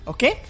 Okay